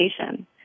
education